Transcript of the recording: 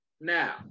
Now